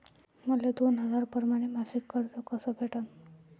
मले दोन हजार परमाने मासिक कर्ज कस भेटन?